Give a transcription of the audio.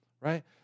right